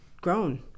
grown